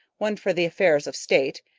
one for the affairs of state,